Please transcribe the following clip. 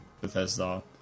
Bethesda